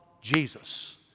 Jesus